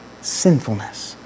Sinfulness